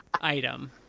item